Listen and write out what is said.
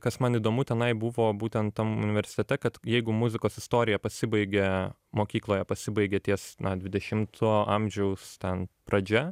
kas man įdomu tenai buvo būtent tam universitete kad jeigu muzikos istorija pasibaigia mokykloje pasibaigia ties na dvidešimto amžiaus ten pradžia